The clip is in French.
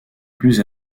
plus